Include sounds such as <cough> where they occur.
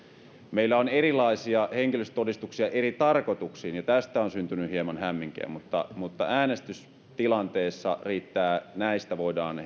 meillä on erilaisia henkilöllisyystodistuksia eri tarkoituksiin ja tästä on syntynyt hieman hämminkiä mutta mutta äänestystilanteessa riittää että näistä voidaan <unintelligible>